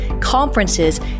conferences